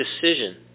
decision